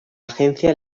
agencia